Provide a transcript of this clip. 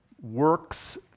works